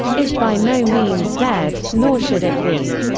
is by no means dead nor should it be.